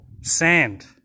sand